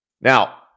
Now